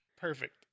Perfect